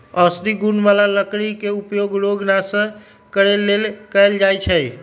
औषधि गुण बला लकड़ी के उपयोग रोग नाश करे लेल कएल जाइ छइ